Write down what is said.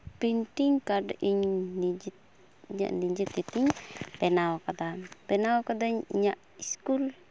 painting card ᱤᱧ ᱱᱤᱡᱮᱛᱮ ᱤᱧᱟᱹᱜ ᱱᱤᱡᱮ ᱛᱤᱛᱤᱧ ᱵᱮᱱᱟᱣ ᱠᱟᱫᱟ ᱵᱮᱱᱟᱣ ᱠᱟᱹᱫᱟᱹᱧ ᱤᱧᱟᱹᱜ ᱥᱠᱩᱞ